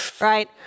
right